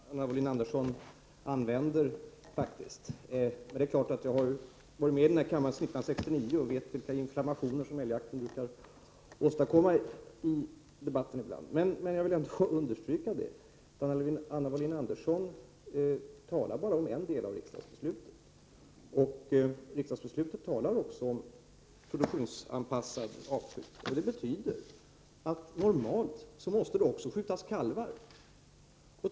Herr talman! Jag är förvånad över det tonläge som Anna Wohlin Andersson använder. Jag har dock varit med i riksdagen sedan 1969 och vet vilka inflammationer som älgjakten ibland brukar åstadkomma i debatten. Jag vill ändock understryka att Anna Wohlin-Andersson bara talar om en del av riksdagsbeslutet. Riksdagsbeslutet handlar också om produktionsanpassad avskjutning. Det betyder att det normalt även måste skjutas kalvar.